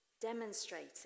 demonstrating